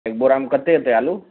एक बोरामे कतेक अएतै आलू